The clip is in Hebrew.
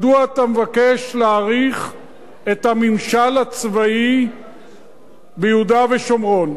מדוע אתה מבקש להאריך את הממשל הצבאי ביהודה ושומרון?